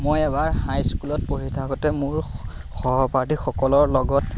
মই এবাৰ হাইস্কুলত পঢ়ি থাকোঁতে মোৰ সহপাঠীসকলৰ লগত